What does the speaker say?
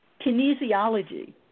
Kinesiology